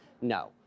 no